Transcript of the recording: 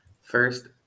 first